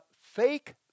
fake